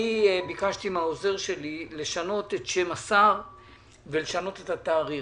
ביקשתי מהעוזר שלי לשנות את שם השר ולשנות את התאריך,